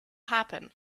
happen